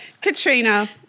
Katrina